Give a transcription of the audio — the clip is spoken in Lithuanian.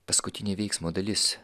paskutinė veiksmo dalis